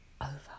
over